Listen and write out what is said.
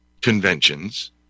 Conventions